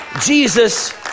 Jesus